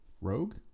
Rogue